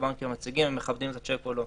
לבנקים המציגים אם מכבדים את השיק או לא.